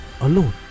alone